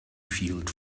field